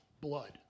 blood